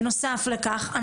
בנוסף לכך,